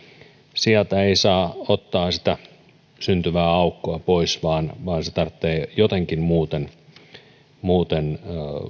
sieltä ei saa ottaa sitä syntyvää aukkoa pois vaan se pitää jotenkin muuten muuten